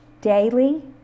daily